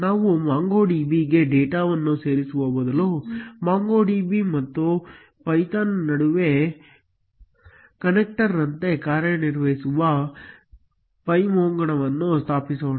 ನಾವು MongoDBಗೆ ಡೇಟಾವನ್ನು ಸೇರಿಸುವ ಮೊದಲು MongoDB ಮತ್ತು ಪೈಥಾನ್ ನಡುವೆ ಕನೆಕ್ಟರ್ನಂತೆ ಕಾರ್ಯನಿರ್ವಹಿಸುವ ಪೈಮೊಂಗೊವನ್ನು ಸ್ಥಾಪಿಸೋಣ